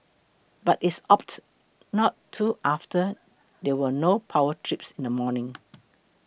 but it opted not to after there were no power trips in the morning